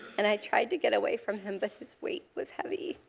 and i tried to get away from him, but his weight was heavy.